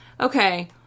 okay